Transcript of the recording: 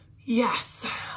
yes